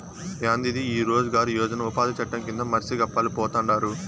యాందిది ఈ రోజ్ గార్ యోజన ఉపాది చట్టం కింద మర్సి గప్పాలు పోతండారు